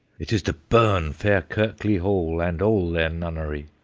it is to burn fair kirkley-hall, and all their nunnery.